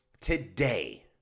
today